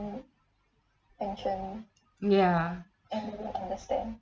ya